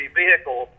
vehicle